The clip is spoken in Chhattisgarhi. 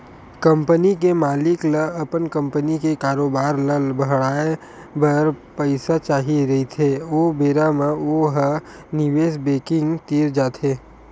कंपनी के मालिक ल अपन कंपनी के कारोबार ल बड़हाए बर पइसा चाही रहिथे ओ बेरा म ओ ह निवेस बेंकिग तीर जाथे